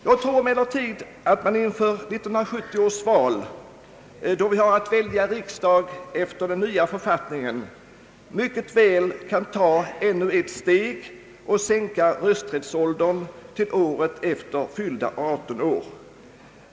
Jag tror emellertid att man inför 1970 års val, då vi har att välja riksdag enligt den nya författningen, mycket väl kan ta ännu ett steg och sänka rösträttsåldern till året efter fyllda 18 år.